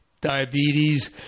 diabetes